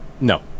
no